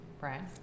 Brian